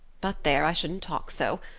but there, i shouldn't talk so.